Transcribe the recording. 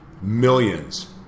Millions